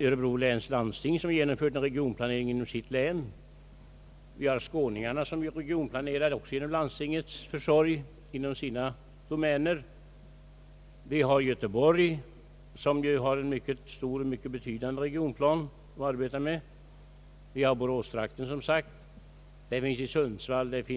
Örebro läns landsting har genomfört en regionplanering inom sitt län, och även skåningarna regionplanerar på sitt håll genom landstingets försorg. Göteborg har en mycket stor och omfattande regionplan att arbeta med. Även boråstrakten, Sundsvall och